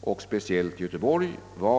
och speciellt vid Göteborgs universitet?